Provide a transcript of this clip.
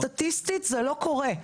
סטטיסטית, זה לא קורה.